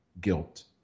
guilt